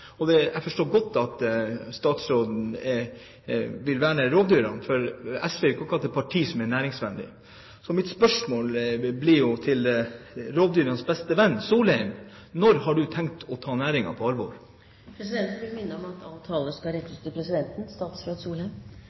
Jeg forstår godt at statsråden vil verne rovdyrene, for SV er jo ikke akkurat et parti som er næringsvennlig. Så mitt spørsmål til rovdyrenes beste venn, Solheim, blir: Når har du tenkt å ta næringen på alvor? Presidenten vil minne om at all tale skal rettes til presidenten.